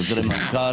חוזרי מנכ"ל,